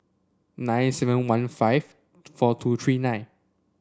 nine seven one five four two three nine